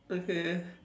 okay